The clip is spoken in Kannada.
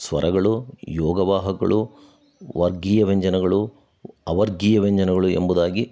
ಸ್ವರಗಳು ಯೋಗವಾಹಗಳು ವರ್ಗೀಯ ವ್ಯಂಜನಗಳು ಅವರ್ಗೀಯ ವ್ಯಂಜನಗಳು ಎಂಬುದಾಗಿ